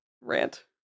rant